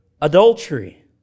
adultery